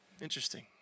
Interesting